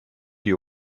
die